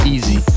Easy